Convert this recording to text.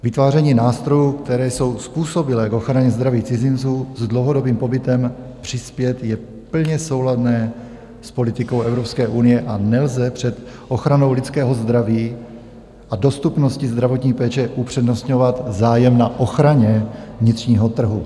Vytváření nástrojů, které jsou způsobilé k ochraně zdraví cizinců s dlouhodobým pobytem přispět, je plně souladné s politikou Evropské unie a nelze před ochranou lidského zdraví a dostupností zdravotní péče upřednostňovat zájem na ochraně vnitřního trhu.